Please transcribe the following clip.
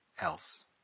else